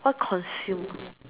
what consume